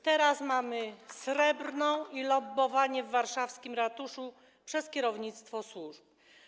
Teraz mamy Srebrną i lobbowanie w warszawskim ratuszu przez kierownictwo służb.